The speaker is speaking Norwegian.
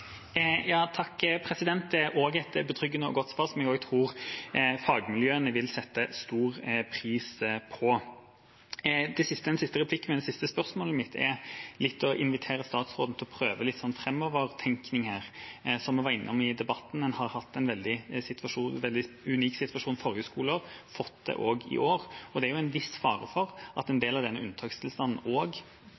Takk, det var også et betryggende og godt svar som jeg tror fagmiljøene vil sette stor pris på. Det siste spørsmålet mitt dreier seg om å invitere statsråden til å prøve seg litt på framovertenking her. Som vi var innom i debatten, har vi hatt en veldig unik situasjon forrige skoleår. Det har vi også fått i år, og det er en viss fare for at en